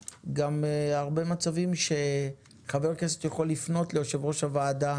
הרבה מצבים שחבר כנסת יכול לפנות ליושב ראש הוועדה